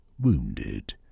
wounded